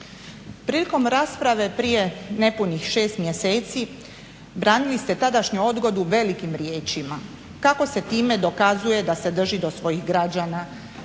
Prilikom rasprave prije nepunih 6 mjeseci branili ste tadašnju odgodu velikim riječima kako se time dokazuje da se drži do svojih građana,